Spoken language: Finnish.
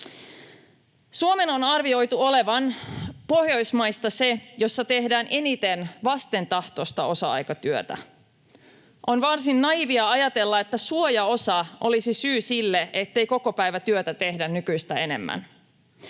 Suomen on arvioitu olevan Pohjoismaista se, jossa tehdään eniten vastentahtoista osa-aikatyötä. On varsin naiivia ajatella, että suojaosa olisi syy sille, ettei kokopäivätyötä tehdä nykyistä enemmän.